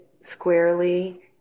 squarely